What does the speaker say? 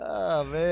of